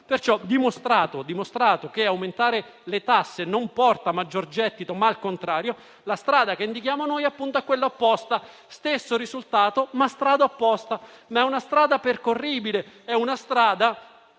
Perciò, dimostrato che aumentare le tasse non porta maggior gettito, ma il contrario, la strada che indichiamo è appunto quella opposta: stesso risultato, ma strada opposta. Parliamo di una strada percorribile, che getta